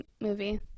Movie